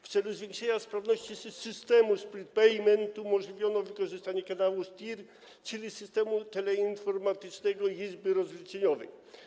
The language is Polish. W celu zwiększenia sprawności systemu split payment umożliwiono wykorzystanie kanału STIR, czyli Systemu Teleinformatycznego Izby Rozliczeniowej.